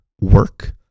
work